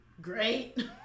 Great